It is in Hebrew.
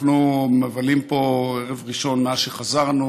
אנחנו מבלים פה ערב ראשון מאז שחזרנו,